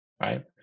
right